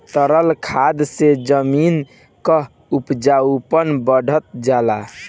तरल खाद से जमीन क उपजाऊपन बढ़ जाला